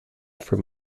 from